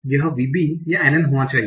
यह VB या NN होना चाहिए